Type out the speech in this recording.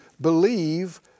believe